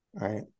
right